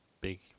big